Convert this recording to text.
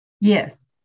Yes